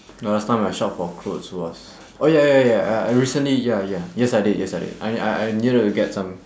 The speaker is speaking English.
the last time I shopped for clothes was oh ya ya ya ya uh I recently ya ya yes I did yes I did I ne~ I I needed to get some